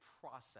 process